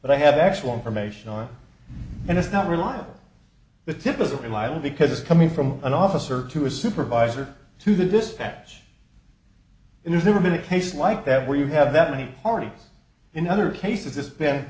but i have actual information are and it's not reliable the tip is a reliable because it's coming from an officer to a supervisor to this patch and there's never been a case like that where you have that many parties in other cases it's been